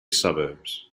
suburbs